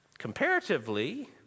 comparatively